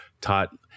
taught